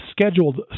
scheduled